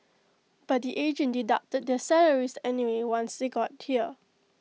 but the agent deducted their salaries anyway once they got here